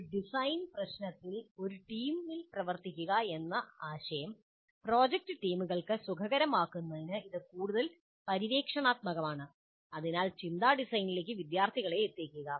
ഒരു ഡിസൈൻ പ്രശ്നത്തിൽ ഒരു ടീമിൽ പ്രവർത്തിക്കുക എന്ന ആശയം പ്രോജക്റ്റ് ടീമുകൾക്ക് സുഖകരമാക്കുന്നതിന് ഇത് കൂടുതൽ പര്യവേക്ഷണാത്മകമാണ് അതിനാൽ ചിന്താ ഡിസൈനിലേക്ക് വിദ്യാർത്ഥികളെ എത്തിക്കുക